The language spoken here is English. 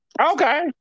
okay